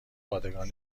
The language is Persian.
پادگان